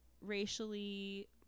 racially